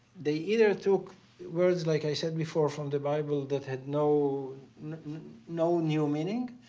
they either took words, like i said before, from the bible that had no no new meaning,